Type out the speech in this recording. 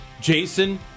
Jason